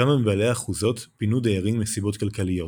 כמה מבעלי האחוזות פינו דיירים מסיבות כלכליות,